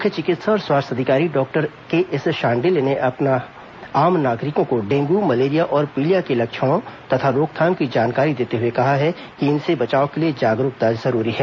मुख्य चिकित्सा और स्वास्थ्य अधिकारी डॉक्टर के एस शांडिल्य ने आम नागरिकों को डेंगू मलेरिया और पीलिया के लक्षणों तथा रोकथाम की जानकारी देते हुए कहा है कि इनसे बचाव के लिए जागरूकता जरूरी है